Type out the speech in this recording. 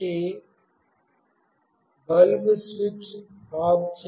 కాబట్టి bulb switch off చేయబడింది